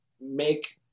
make